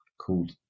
called